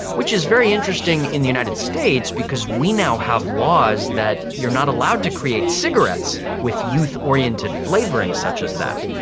which is very interesting in the united states because we now have laws that you are not allowed to create cigarettes with youth oriented flavouring such as that.